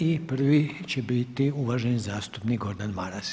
I prvi će biti uvaženi zastupnik Gordan Maras.